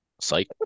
psych